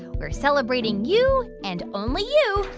we're celebrating you and only you.